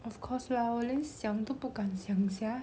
of course lah 我连想都不敢想 sia